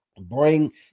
bring